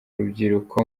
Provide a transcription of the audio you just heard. urubyiruko